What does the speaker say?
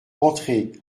entrez